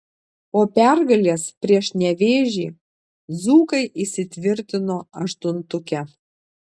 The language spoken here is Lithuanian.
po pergalės prieš nevėžį dzūkai įsitvirtino aštuntuke